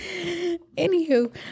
Anywho